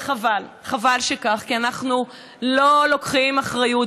וחבל, חבל שכך, כי אנחנו לא לוקחים אחריות.